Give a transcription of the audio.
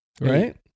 Right